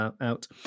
out